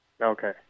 Okay